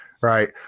Right